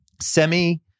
Semi